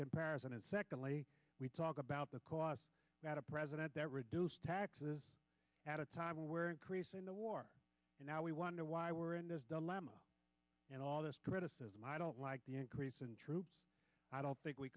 comparison and secondly we talk about the cost a president that reduced taxes at a time when we're increasing the war and now we want to why we're in this dilemma and all this criticism i don't like the increase in troops i don't think we